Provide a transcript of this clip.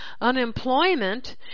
unemployment